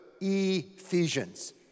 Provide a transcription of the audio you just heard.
Ephesians